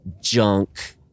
junk